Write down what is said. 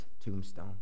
tombstone